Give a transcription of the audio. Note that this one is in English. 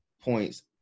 points